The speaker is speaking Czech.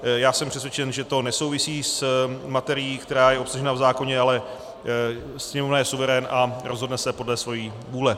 Já jsem přesvědčen, že to nesouvisí s materií, která je obsažena v zákoně, ale Sněmovna je suverén a rozhodne se podle svojí vůle.